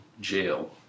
Jail